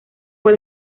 fue